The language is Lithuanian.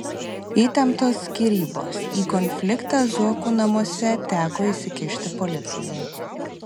įtemptos skyrybos į konfliktą zuokų namuose teko įsikišti policijai